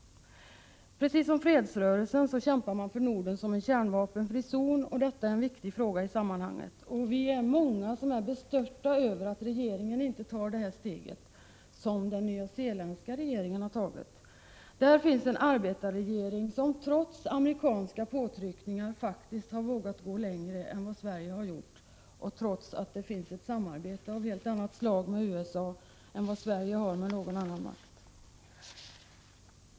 Precis som fredsrörelsen kämpar man för Norden som en kärnvapenfri zon, och detta är en viktig fråga i sammanhanget. Vi är många som är bestörta över att regeringen inte tar det steg som den nyzeeländska regeringen har tagit. Där finns en arbetarregering som trots amerikanska påtryckningar vågat gå längre än vad Sverige har gjort — trots att det finns ett samarbete av helt annat slag med USA än vad Sverige har med någon annan makt.